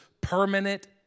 permanent